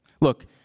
Look